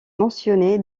mentionné